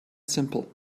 simple